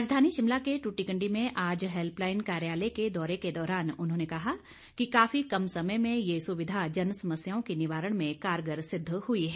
राजधानी शिमला के टुटीकंडी में आज हैल्पलाईन कार्यालय के दौरे के दौरान उन्होंने कहा कि काफी कम समय में ये सुविधा जन समस्याओं के निवारण में कारगर सिद्ध हुई है